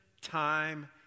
time